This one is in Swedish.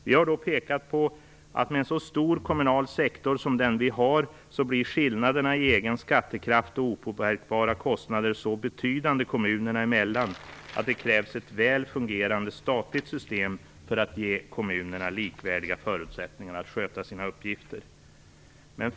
Vi har då pekat på att med en så stor kommunal sektor som den vi har blir skillnaderna i egen skattekraft och opåverkbara kostnader så betydande kommunerna emellan att det krävs ett väl fungerande statligt system för att ge kommunerna likvärdiga förutsättningar att sköta sina uppgifter.